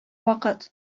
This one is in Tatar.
вакыт